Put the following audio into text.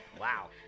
wow